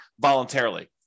voluntarily